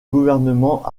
gouvernement